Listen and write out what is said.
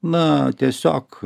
na tiesiog